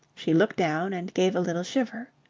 she looked down and gave a little shiver.